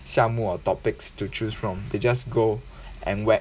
项目 or topics to choose from they just go and whack